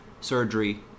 surgery